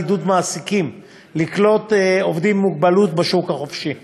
עידוד מעסיקים לקלוט עובדים עם מוגבלות בשוק החופשי.